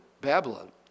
Babylon